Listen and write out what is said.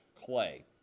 Clay